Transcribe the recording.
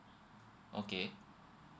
okay